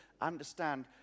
understand